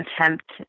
attempt